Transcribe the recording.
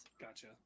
gotcha